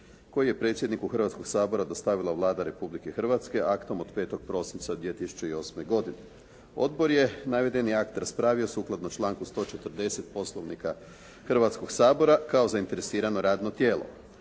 koji je predsjedniku Hrvatskoga sabora dostavila Vlada Republike Hrvatske aktom od 5. prosinca 2008. godine. Odbor je navedeni akt raspravio sukladno članku 140. Poslovnika Hrvatskoga sabora kao zainteresirano radno tijelo.